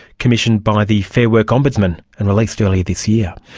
commissioned by the fair work ombudsman and released earlier this year.